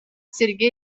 сергей